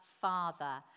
Father